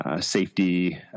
safety